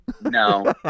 No